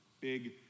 big